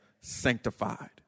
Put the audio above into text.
sanctified